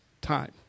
time